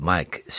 Mike